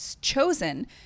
chosen